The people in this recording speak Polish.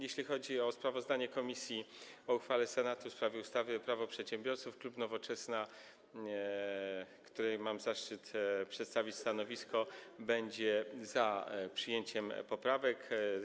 Jeśli chodzi o sprawozdanie komisji o uchwale Senatu w sprawie ustawy Prawo przedsiębiorców, klub Nowoczesna, którego stanowisko mam zaszczyt przedstawiać, będzie za przyjęciem poprawek.